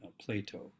Plato